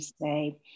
say